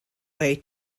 way